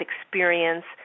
experience